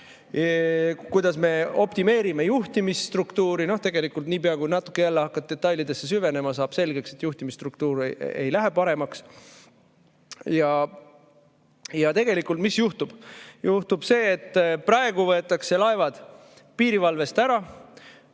Kuidas me optimeerime juhtimisstruktuuri? Tegelikult niipea kui natuke jälle hakkad detailidesse süvenema, saab selgeks, et juhtimisstruktuur ei lähe paremaks. Mis juhtub tegelikult? Juhtub see, et praegu võetakse laevad piirivalvest ära,